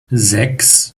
sechs